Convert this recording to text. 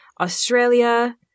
Australia